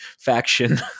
faction